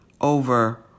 over